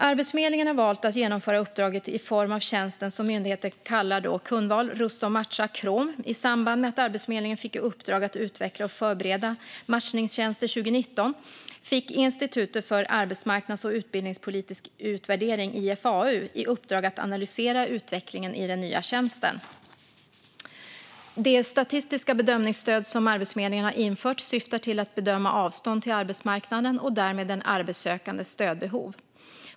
Arbetsförmedlingen har valt att genomföra uppdraget i form av tjänsten som myndigheten kallar Kundval rusta och matcha, Krom. I samband med att Arbetsförmedlingen fick i uppdrag att utveckla och förbereda matchningstjänster 2019 fick Institutet för arbetsmarknads och utbildningspolitisk utvärdering, IFAU, i uppdrag att analysera utvecklingen i den nya tjänsten. Det statistiska bedömningsstöd som Arbetsförmedlingen har infört syftar till att bedöma avstånd till arbetsmarknaden och därmed den arbetssökandes stödbehov.